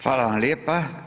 Hvala vam lijepa.